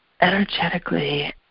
energetically